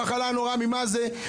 המחלה הנוראה, ממה זה?